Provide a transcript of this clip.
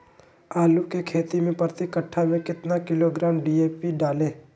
आलू की खेती मे प्रति कट्ठा में कितना किलोग्राम डी.ए.पी डाले?